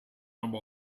aber